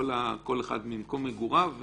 כל אחד ממקום מגוריו,